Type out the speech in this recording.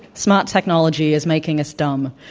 smart technology is making us dumb,